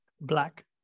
black